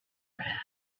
arab